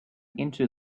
into